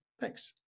Thanks